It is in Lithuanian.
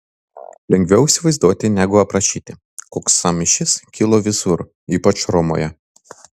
lengviau įsivaizduoti negu aprašyti koks sąmyšis kilo visur ypač romoje